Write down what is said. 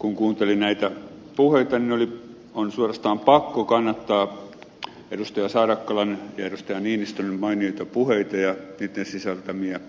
kun kuuntelin näitä puheita niin on suorastaan pakko kannattaa edustaja saarakkalan ja edustaja niinistön mainioita puheita ja niitten sisältämää